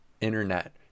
internet